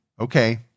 Okay